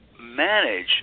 manage